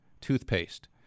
toothpaste